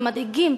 הם מדאיגים.